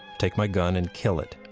take my gun and kill it.